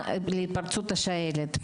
מניעת התפרצות השעלת.